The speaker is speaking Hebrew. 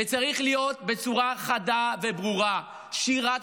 וצריך להיות בצורה חדה וברורה: שירת,